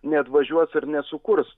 neatvažiuos ir nesukurs